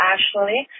Ashley